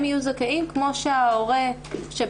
הם יהיו זכאים כמו שאותו הורה שנפגע,